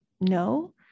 no